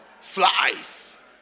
Flies